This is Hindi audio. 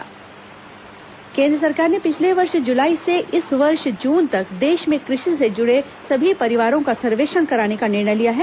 कृषि सर्वेक्षण केंद्र सरकार ने पिछले वर्ष जुलाई से इस वर्ष जुन तक देश में कृषि से जुड़े सभी परिवारों का सर्वेक्षण कराने का निर्णय किया है